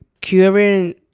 curing